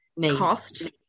cost